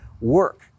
work